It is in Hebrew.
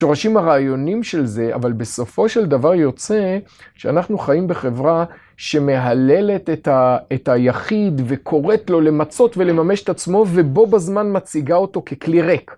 שורשים הרעיונים של זה, אבל בסופו של דבר יוצא שאנחנו חיים בחברה שמהללת את היחיד וקוראת לו למצות ולממש את עצמו ובו בזמן מציגה אותו ככלי ריק.